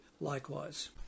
likewise